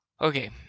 Okay